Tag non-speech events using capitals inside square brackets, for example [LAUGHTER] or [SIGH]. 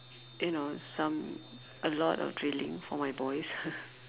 you know some a lot of drilling for my boys [LAUGHS]